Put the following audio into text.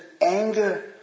anger